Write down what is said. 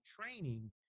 training